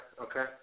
Okay